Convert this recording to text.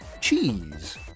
cheese